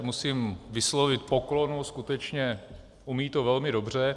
Musím vyslovit poklonu, skutečně to umí velmi dobře.